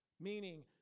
Meaning